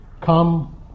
Come